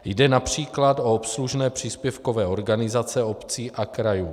Jde například o obslužné příspěvkové organizace obcí a krajů.